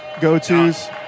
go-tos